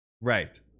right